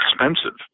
expensive